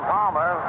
Palmer